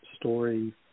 Story